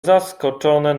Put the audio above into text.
zaskoczone